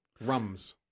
rums